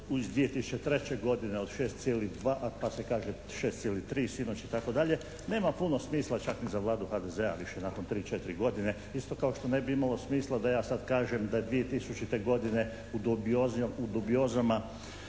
iz 2003. godine od 6,2 pa se kaže 6,3 sinoć, itd., nema puno smisla čak ni za Vladu HDZ-a više nakon 3, 4 godine isto kao što ne bi imalo smisla da ja sad kažem da je 2000. godine u dubiozama